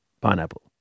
pineapple